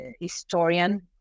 historian